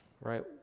right